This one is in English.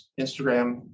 Instagram